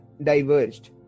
diverged